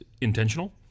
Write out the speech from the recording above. intentional